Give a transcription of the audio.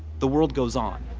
the world goes on.